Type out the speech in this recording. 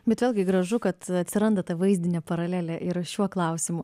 bet vėlgi gražu kad atsiranda ta vaizdinė paralelė ir šiuo klausimu